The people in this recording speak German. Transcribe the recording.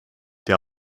der